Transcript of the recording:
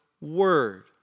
word